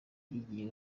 igihe